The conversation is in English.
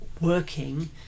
working